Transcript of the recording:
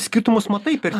skirtumus matai per